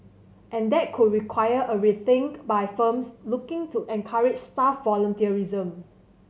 and that could require a rethink by firms looking to encourage staff volunteerism